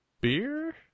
beer